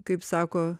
kaip sako